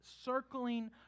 circling